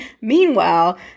meanwhile